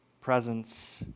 Presence